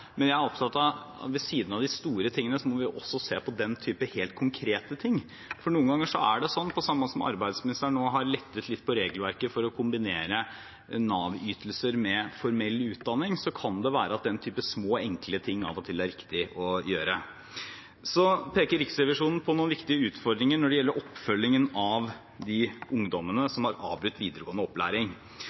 Men jeg er opptatt av at vi ved siden av de store tingene også må se på den typen helt konkrete ting, for noen ganger, på samme måte som at arbeidsministeren nå har lettet litt på regelverket for å kombinere Nav-ytelser med formell utdanning, kan det være at den typen små, enkle ting av og til er riktig å gjøre. Riksrevisjonen peker på noen viktige utfordringer når det gjelder oppfølgingen av de ungdommene som har avbrutt videregående opplæring.